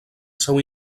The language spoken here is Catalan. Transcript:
seu